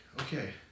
okay